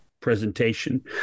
presentation